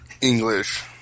English